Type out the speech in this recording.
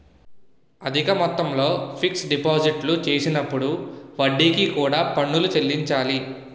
అధిక మొత్తంలో ఫిక్స్ డిపాజిట్లు చేసినప్పుడు వడ్డీకి కూడా పన్నులు చెల్లించాలి